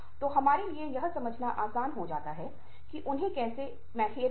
खासकर जब हम छोटे बच्चे होते हैं तो दोनों चीजें साथ साथ चलती हैं